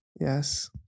Yes